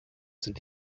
sind